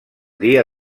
dia